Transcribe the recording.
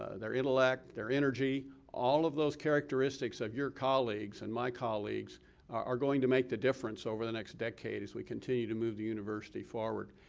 ah their intellect, their energy. all of those characteristics of your colleagues and my colleagues are going to make the difference over the next decade as we continue to move the university forward.